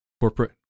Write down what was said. corporate